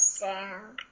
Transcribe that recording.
sound